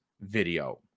video